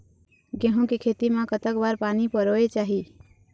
गेहूं के खेती मा कतक बार पानी परोए चाही?